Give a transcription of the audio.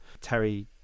Terry